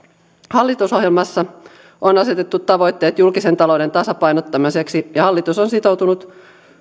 hallitusohjelmassa on asetettu tavoitteet julkisen talouden tasapainottamiseksi ja hallitus on sitoutunut